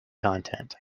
content